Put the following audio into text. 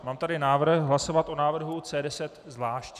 Mám tady návrh hlasovat o návrhu C10 zvlášť.